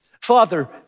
Father